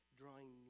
drawing